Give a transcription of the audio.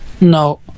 no